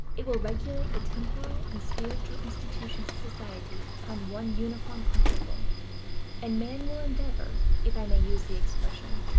it will regulate the temporal and spiritual institutions of society upon one uniform principle and man will endeavor, if i may use the expression,